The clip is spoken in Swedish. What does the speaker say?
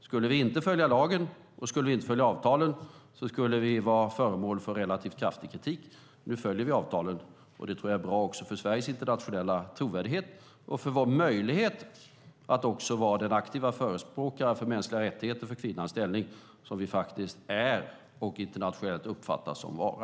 Skulle vi inte följa lagen och skulle vi inte följa avtalen skulle vi vara föremål för relativt kraftig kritik. Nu följer vi avtalen, och det tror jag är bra också för Sveriges internationella trovärdighet och för vår möjlighet att också vara den aktiva förespråkare för mänskliga rättigheter och för kvinnans ställning som vi faktiskt är och internationellt uppfattas vara.